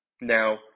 Now